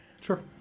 Sure